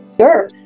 Sure